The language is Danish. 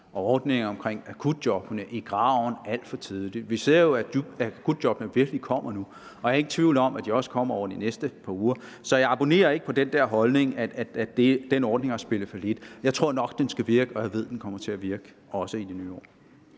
og ordningen om akutjobbene i graven alt for tidligt. Vi ser jo, at akutjobbene virkelig kommer nu. Og jeg er ikke i tvivl om, at de også kommer over de næste par uger, så jeg abonnerer ikke på den der holdning om, at den ordning har spillet fallit. Jeg tror nok, den skal komme til at virke, og jeg ved, at den også kommer til at virke i det nye år.